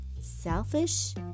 selfish